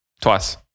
Twice